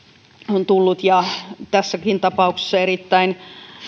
on tullut ja tässäkin tapauksessa erittäin